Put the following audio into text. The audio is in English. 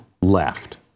left